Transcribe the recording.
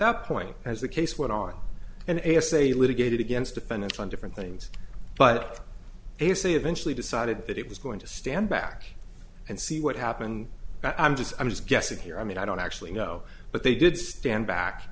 that point as the case went on and e s a litigated against defendants on different things but they say eventually decided that it was going to stand back and see what happened i'm just i'm just guessing here i mean i don't actually know but they did stand back